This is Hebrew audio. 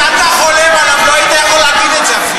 בעולם שאתה חולם עליו לא היית יכול להגיד את זה אפילו.